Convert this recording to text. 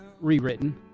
rewritten